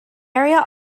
area